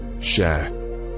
share